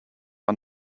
are